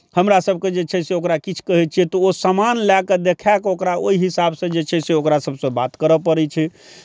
हमरासभके जे छै से ओकरा किछु कहै छियै तऽ ओ सामान लए कऽ देखाए कऽ ओकरा ओहि हिसाबसँ जे छै से ओकरा सभसँ बात करय पड़ै छै